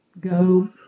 Go